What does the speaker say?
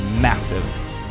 massive